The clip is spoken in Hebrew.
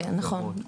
כן, נכון.